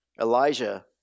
Elijah